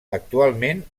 actualment